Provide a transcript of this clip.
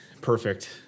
perfect